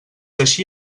així